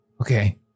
Okay